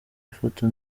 ifoto